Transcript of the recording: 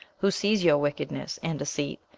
who sees your wickedness and deceit,